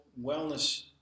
wellness